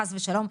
חס ושלום,